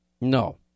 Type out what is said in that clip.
No